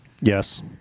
Yes